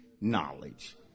knowledge